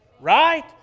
Right